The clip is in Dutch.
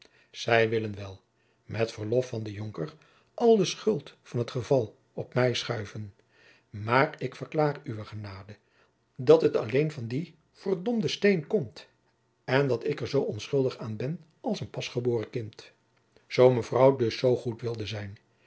zij willen wel met verlof van den jonker al de schuld van het geval op mij schuiven maar ik verklaar uwe genade dat het alleen van dien d rschen steen komt en dat ik er zoo onschuldig aan ben als een pasgeboren kind zoo mevrouw dus zoo goed wilde zijn